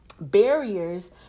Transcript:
barriers